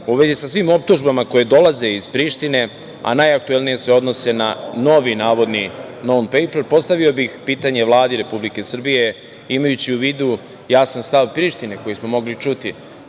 vezi sa svim optužbama koje dolaze iz Prištine, a najaktuelnije se odnose na novi navodni „non pejper“, postavio bih pitanje Vladi Republike Srbije, imajući u vidu jasan stav Prištine koji smo mogli čuti,